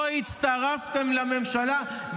לא הצטרפתם לממשלה,